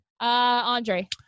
Andre